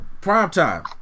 primetime